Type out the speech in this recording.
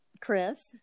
Chris